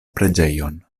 preĝejon